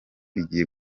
igiye